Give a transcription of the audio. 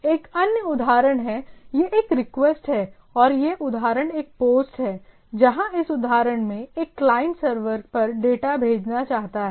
एक अन्य उदाहरण में यह एक रिक्वेस्ट है और यह उदाहरण एक पोस्ट है जहां इस उदाहरण में एक क्लाइंट सर्वर पर डेटा भेजना चाहता है